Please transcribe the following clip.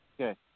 Okay